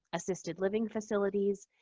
assisted living facilities,